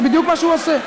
זה בדיוק מה שהוא עושה.